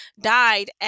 died